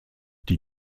die